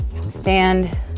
stand